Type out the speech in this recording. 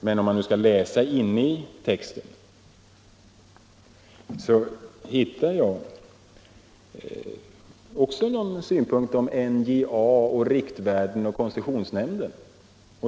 Men om man läser texten, hittar man där också synpunkter om NJA, riktvärden och koncessionsnämnden.